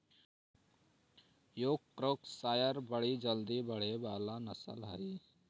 Yorkshire बड़ी जल्दी बढ़े वाला नस्ल हई